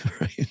Right